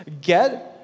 get